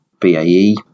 BAE